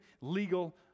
legal